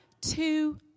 two